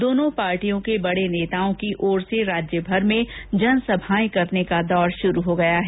दोनों पार्टियों के बड़े नेताओं की ओर से राज्यभर में जनसभाएं करने का दौर शुरू हो गया है